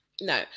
No